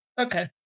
Okay